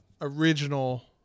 original